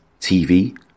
TV